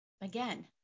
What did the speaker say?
Again